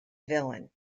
villain